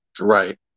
Right